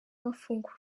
bafungura